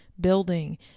building